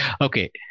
Okay